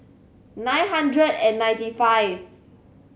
nine hundred and ninety five